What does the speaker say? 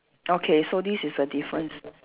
okay so this is the difference